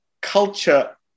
culture